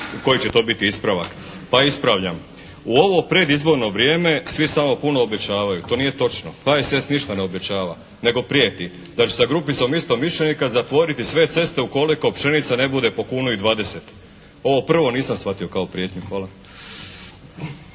koji će to biti ispravak, pa ispravljam. U ovo predizborno vrijeme svi samo puno obećavaju. To nije točno. HSS ništa ne obećava, nego prijeti, da će sa grupicom istomišljenika zatvoriti sve ceste ukoliko pšenica ne bude po kunu i 20. Ovo prvo nisam shvatio kao prijetnju. Hvala.